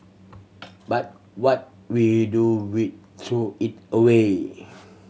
but what we do we throw it away